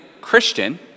Christian